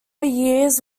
years